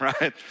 right